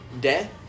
death